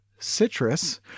Citrus